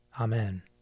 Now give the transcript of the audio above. Amen